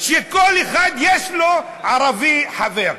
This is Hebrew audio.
שכל אחד יש לו חבר ערבי,